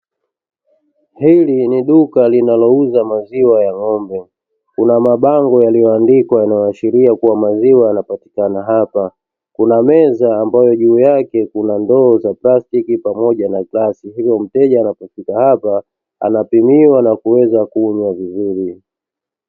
Hili ni duka linalouza maziwa ya ng'ombe, kuna bango lililoandikwa likiaashiria maziwa yanapatikana hapa, kuna meza ambayo juu yake kuna ndoo ya plastiki pamoja na glasi, hivyo mteja anapofika hapa anapimiwa na kuweza kunywa vizuri.